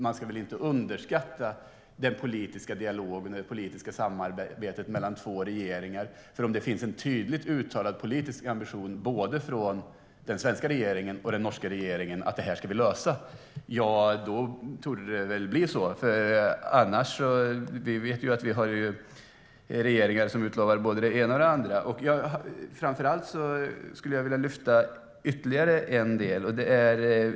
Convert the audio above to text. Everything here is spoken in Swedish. Man ska väl inte heller underskatta den politiska dialogen eller det politiska samarbetet mellan två regeringar, för om det finns en tydligt uttalad politisk ambition både från den svenska regeringen och den norska regeringen att vi ska lösa det här, ja, då torde det väl bli så. Vi vet ju att vi har regeringar som utlovar både det ena och det andra. Framför allt vill jag lyfta fram ytterligare en del.